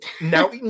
Now